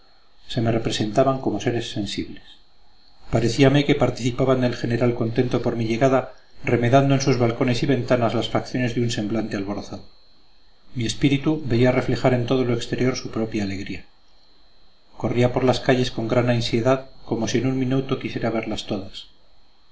se me representaban como seres sensibles parecíame que participaban del general contento por mi llegada remedando en sus balcones y ventanas las facciones de un semblante alborozado mi espíritu veía reflejar en todo lo exterior su propia alegría corría por las calles con gran ansiedad como si en un minuto quisiera verlas todas